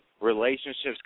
Relationships